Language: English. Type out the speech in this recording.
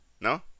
No